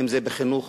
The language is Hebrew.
אם בחינוך